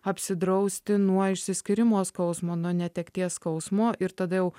apsidrausti nuo išsiskyrimo skausmo nuo netekties skausmo ir tada jau